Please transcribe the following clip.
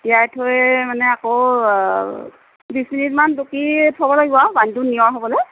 তিয়াই থয়েই মানে আকৌ বিশ মিনিটমান টুকি থ'ব লাগিব আৰু পানীটো নিয়ৰ হ'বলৈ